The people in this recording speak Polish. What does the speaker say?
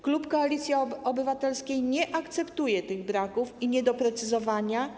Klub Koalicji Obywatelskiej nie akceptuje tych braków i niedoprecyzowania.